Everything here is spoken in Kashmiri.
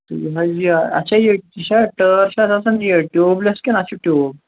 تہٕ یہِ حظ یہِ اَتھ چھا یہِ چھا ٹٲر چھا اَتھ آسان یہِ ٹیٛوٗب لیٚس کِنہٕ اَتھ چھُ ٹیوٗب